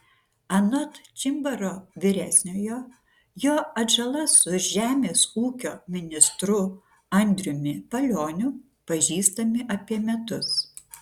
anot čimbaro vyresniojo jo atžala su žemės ūkio ministru andriumi palioniu pažįstami apie metus